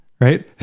Right